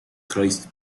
christ